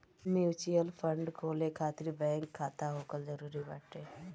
mutual fund खोले खातिर bank खाता होखल जरुरी बाटे